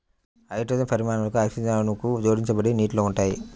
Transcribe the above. hydrogen పరమాణువులు oxygen అణువుకు జోడించబడి నీటిలో ఉంటాయి